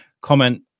comment